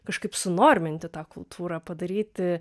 kažkaip sunorminti tą kultūrą padaryti